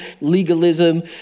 legalism